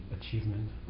achievement